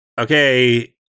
Okay